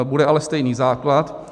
Bude ale stejný základ.